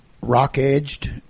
rock-edged